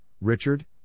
Richard